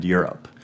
Europe